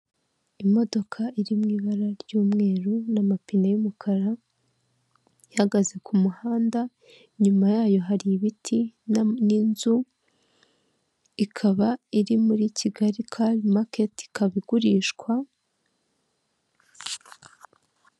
Imodoka iri mu ibara ry'umweru n'amapine y'umukara ihagaze ku muhanda, inyuma yayo hari ibiti n'inzu ikaba iri muri Kigali kari maketi ikaba igurishwa.